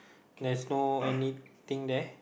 there's no anything there